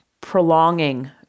prolonging